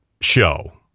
show